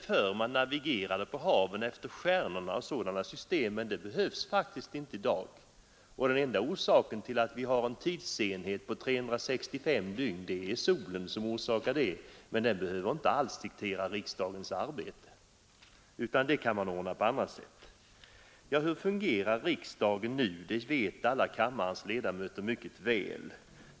Förr navigerade man på haven efter stjärnorna eller använde andra liknande system, men det behövs faktiskt inte i dag. Enda orsaken till att vi har en tidsenhet på 365 dygn är solen. Den behöver inte alls diktera riksdagens arbete. Det kan man ordna på annat sätt. Hur fungerar nu riksdagen? Det vet alla kammarledamöter mycket väl.